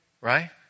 right